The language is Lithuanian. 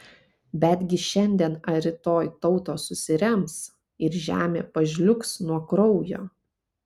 betgi šiandien ar rytoj tautos susirems ir žemė pažliugs nuo kraujo